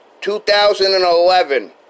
2011